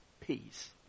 peace